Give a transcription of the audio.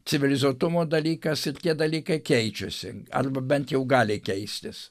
civilizuotumo dalykas ir tie dalykai keičiasi arba bent jau gali keistis